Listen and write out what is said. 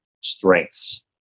strengths